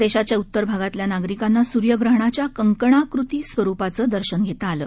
देशाच्या उत्तर भागातल्या नागरिकांना सुर्यग्रहणाच्या कंकणाकृती स्वरुपाचं दर्शन घेता आलं